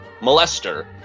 molester